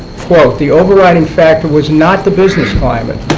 the overriding factor was not the business climate,